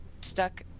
stuck